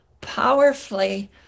powerfully